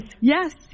Yes